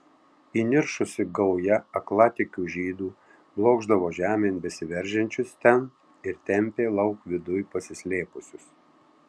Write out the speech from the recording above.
įniršusi gauja aklatikių žydų blokšdavo žemėn besiveržiančius ten ir tempė lauk viduj pasislėpusius